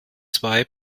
zwei